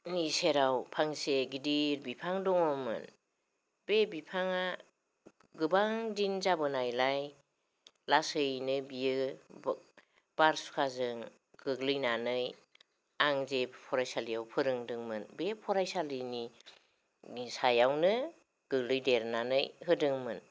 नि सेराव फांसे गिदिर बिफां दङ'मोन बे बिफाङा गोबां दिन जाबोनायलाय लासैनो बियो बारहुंखाजों गोग्लैनानै आं जे फरायसालिआव फोरोंदोंंमोन बे फरायसालिनि सायावनो गोलैदेरनानै होदोंमोन